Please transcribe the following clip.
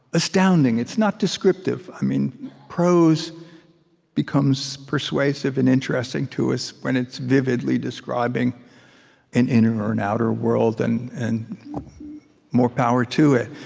astounding. it's not descriptive. prose becomes persuasive and interesting to us when it's vividly describing an inner or an outer world. and and more power to it.